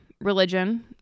religion